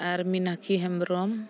ᱟᱨ Minakshi Hembrom